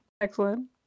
Excellent